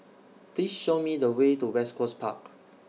Please Show Me The Way to West Coast Park